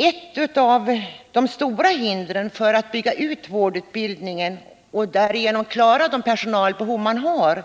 Ett av de stora hindren för att bygga ut vårdutbildningen och därigenom klara de personalbehov som finns